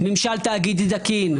ממשל תאגידי תקין,